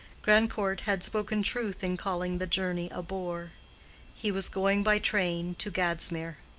grandcourt had spoken truth in calling the journey a bore he was going by train to gadsmere.